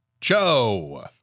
Joe